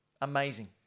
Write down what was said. Amazing